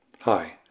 Hi